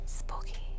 spooky